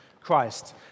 Christ